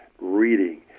reading